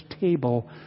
table